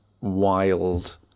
wild